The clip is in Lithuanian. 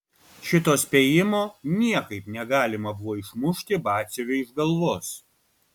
šito spėjimo niekaip negalima buvo išmušti batsiuviui iš galvos